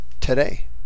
today